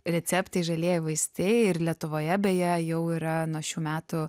receptai žalieji vaistai ir lietuvoje beje jau yra nuo šių metų